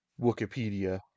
Wikipedia